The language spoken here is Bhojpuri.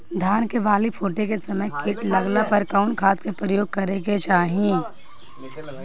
धान के बाली फूटे के समय कीट लागला पर कउन खाद क प्रयोग करे के चाही?